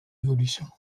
évolution